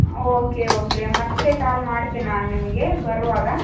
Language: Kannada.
ಓಕೆ ಓಕೆ ಮತ್ತೆ ಕಾಲ್ ಮಾಡ್ತೀನಿ ನಾನು ನಿಮಗೆ ಬರುವಾಗ